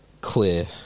clear